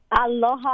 Aloha